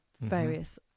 various